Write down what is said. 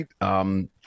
right